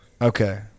Okay